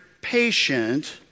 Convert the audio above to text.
patient